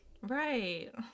Right